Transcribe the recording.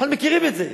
אנחנו מכירים את זה,